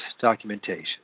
documentation